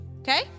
Okay